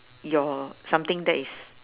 your something that is